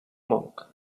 monk